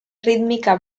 rítmica